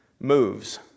moves